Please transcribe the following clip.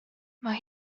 mae